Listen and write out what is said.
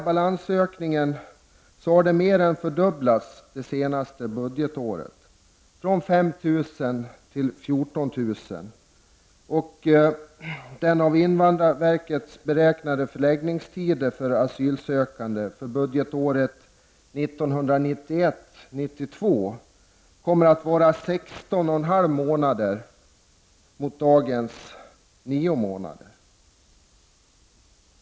Balansen har under de senaste budgetåret ökat från 5 000 till 14 000, och den av invandrarverket beräknade förläggningstiden för asylsökande för budgetåret 1991/92 kommer att vara 16,5 månader mot dagens 9 månader.